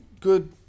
good